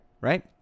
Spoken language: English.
Right